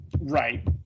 Right